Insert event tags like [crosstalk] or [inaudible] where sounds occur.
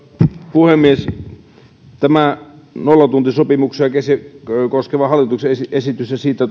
puhemies tämä nollatuntisopimuksia koskeva hallituksen esitys ja siitä [unintelligible]